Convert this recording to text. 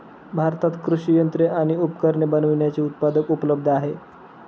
भारतात कृषि यंत्रे आणि उपकरणे बनविण्याचे उत्पादक उपलब्ध आहे